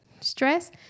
Stress